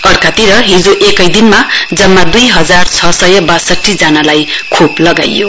अर्कातिर हिजो एकैदिनमा जम्मा दुई हजार छ सय बासठी जनालाई खोप लगाइयो